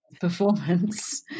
performance